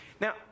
Now